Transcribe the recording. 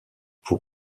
pour